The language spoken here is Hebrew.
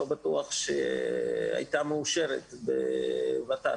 לא בטוח שהייתה מאושרת בות"ת,